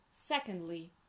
Secondly